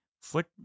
foot